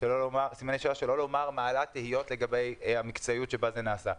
שלא לומר מעלה תהיות לגבי המקצועיות שבה זה נעשה.